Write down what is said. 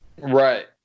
Right